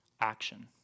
action